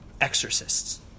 exorcists